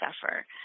suffer